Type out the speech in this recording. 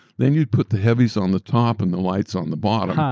then you'd put the heavies on the top and the lights on the bottom, ah